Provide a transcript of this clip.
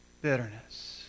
bitterness